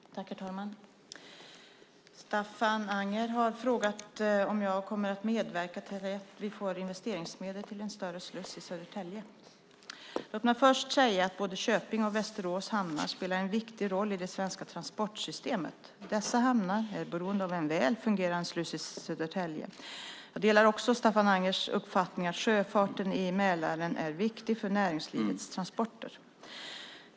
Herr talman! Staffan Anger har frågat om jag kommer att medverka till att vi får investeringsmedel till en större sluss i Södertälje. Låt mig först säga att både Köpings och Västerås hamnar spelar en viktig roll i det svenska transportsystemet. Dessa hamnar är beroende av en väl fungerande sluss i Södertälje. Jag delar också Staffan Angers uppfattning att sjöfarten i Mälaren är viktig för näringslivets transporter.